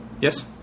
Yes